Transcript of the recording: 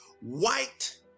white